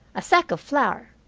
a sack of flour,